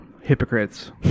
Hypocrites